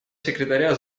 секретаря